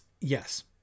yes